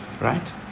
right